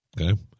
Okay